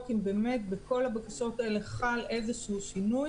אם באמת בכל הבקשות האלה חל איזשהו שינוי